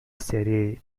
السرير